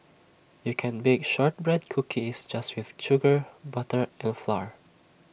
you can bake Shortbread Cookies just with sugar butter and flour